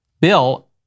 Bill